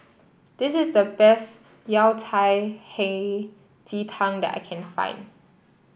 this is the best Yao Cai Hei Ji Tang that I can find